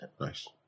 Nice